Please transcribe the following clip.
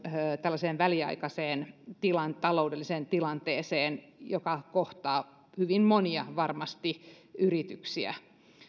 tällaiseen väliaikaiseen taloudelliseen tilanteeseen joka kohtaa varmasti hyvin monia yrityksiä